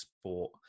sport